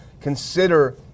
consider